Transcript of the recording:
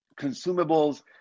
consumables